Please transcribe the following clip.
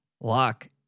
lock